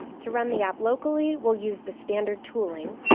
to run the app locally we'll use the standard tooling,